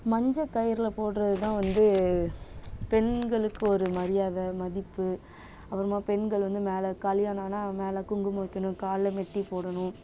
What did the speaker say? மஞ்சக்கயிறில் போடுறது தான் வந்து பெண்களுக்கு ஒரு மரியாதை மதிப்பு அப்புறமா பெண்கள் வந்து மேலே கல்யாணன்னா மேலே குங்குமம் வைக்கணும் காலில் மெட்டி போடணும்